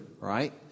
right